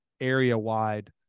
area-wide